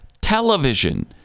television